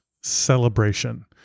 celebration